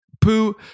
Poo